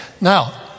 now